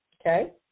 Okay